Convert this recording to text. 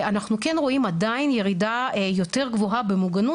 אנחנו כן רואים עדיין ירידה יותר גבוהה במוגנות